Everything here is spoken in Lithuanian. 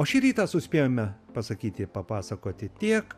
o šį rytą suspėjome pasakyti papasakoti tiek